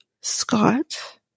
Scott